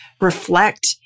reflect